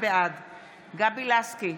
בעד גבי לסקי,